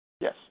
Yes